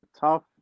tough